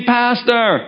pastor